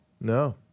No